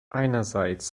einerseits